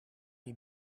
die